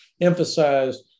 emphasized